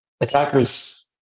attackers